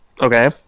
Okay